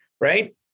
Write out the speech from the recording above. right